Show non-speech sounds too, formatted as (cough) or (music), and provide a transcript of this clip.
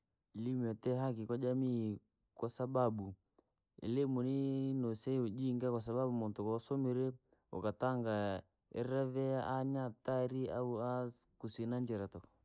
Elimu yatite hadhi kwa jamii, kwasababu elimu ni nusea ujinga, kwasababu muntu wasomire, ukatanga, iravia aha ni hatari au ahaa si kusina. (hesitation)